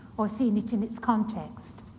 or seen it in its context.